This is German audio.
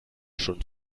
schon